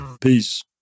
Peace